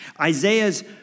Isaiah's